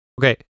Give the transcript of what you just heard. okay